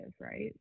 right